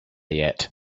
yet